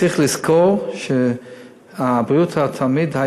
צריך לזכור שבריאות התלמיד,